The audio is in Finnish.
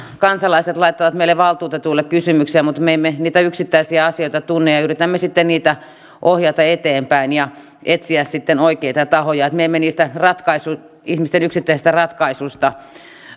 kansalaiset laittavat meille valtuutetuille kysymyksiä mutta me emme niitä yksittäisiä asioita tunne ja ja yritämme sitten niitä ohjata eteenpäin ja etsiä sitten oikeita tahoja me emme niistä ihmisten yksittäisistä ratkaisuista